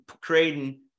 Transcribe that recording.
creating